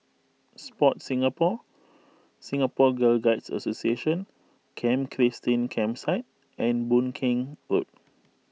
Sport Singapore Singapore Girl Guides Association Camp Christine Campsite and Boon Keng Road